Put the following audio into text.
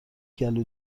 گلو